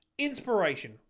Inspiration